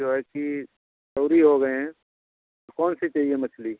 जो है कि सउरी हो गए हैं तो कौन सी चाहिए मछली